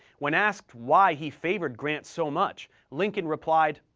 when asked why he favored grant so much, lincoln replied,